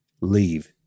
Leave